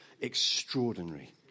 extraordinary